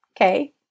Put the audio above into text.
Okay